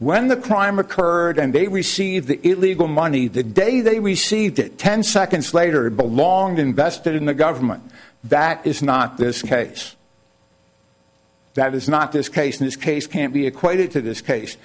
when the crime occurred and they received the illegal money the day they received it ten seconds later belonged invested in the government that is not this case that is not this case in this case can't be equated to this case